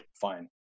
fine